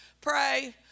pray